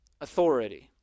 authority